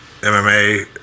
MMA